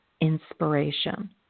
inspiration